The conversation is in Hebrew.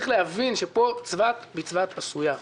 צריך להבין שפה צבת בצבת עשויה,